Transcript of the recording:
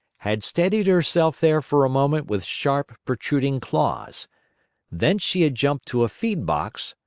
had steadied herself there for a moment with sharp, protruding claws thence she had jumped to a feed-box,